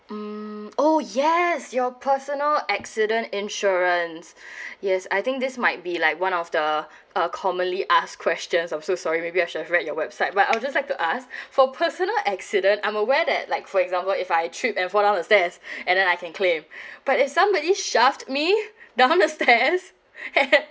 mm oh yes your personal accident insurance yes I think this might be like one of the uh commonly ask questions I'm so sorry maybe I should have read your website but I would just like to ask for personal accident I'm aware that like for example if I tripped and fall down the stairs and then I can claim but if somebody shoved me down the stairs and